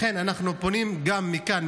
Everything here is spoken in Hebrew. לכן אנחנו פונים גם מכאן,